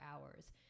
hours